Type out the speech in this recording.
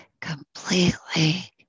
completely